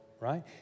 right